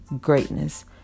greatness